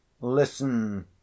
Listen